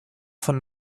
von